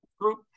group